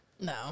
No